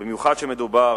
במיוחד כשמדובר